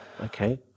Okay